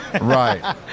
Right